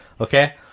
okay